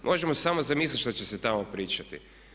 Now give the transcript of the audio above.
Možemo samo zamisliti što će se tamo pričati.